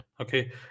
okay